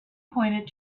pointed